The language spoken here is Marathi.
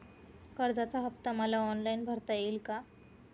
कर्जाचा हफ्ता मला ऑनलाईन भरता येईल का?